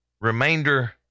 remainder